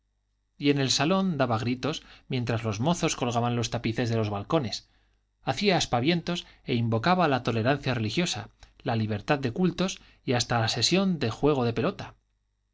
y en el salón daba gritos mientras los mozos colgaban los tapices de los balcones hacía aspavientos e invocaba la tolerancia religiosa la libertad de cultos y hasta la sesión del juego de pelota